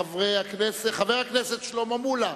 חבר הכנסת שלמה מולה